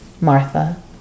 Martha